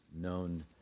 known